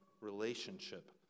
relationship